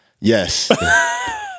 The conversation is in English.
Yes